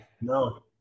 no